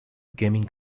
gaming